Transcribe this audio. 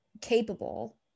capable